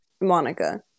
Monica